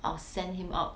I will send him out